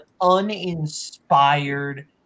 uninspired